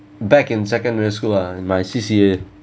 back in secondary school ah my C_C_A